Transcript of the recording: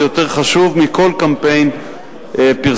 זה יותר חשוב מכל קמפיין פרסומי.